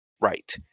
right